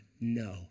No